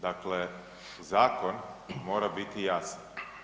Dakle, zakon mora bit jasan.